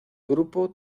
grupo